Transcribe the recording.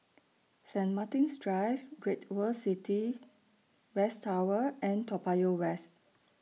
Saint Martin's Drive Great World City West Tower and Toa Payoh West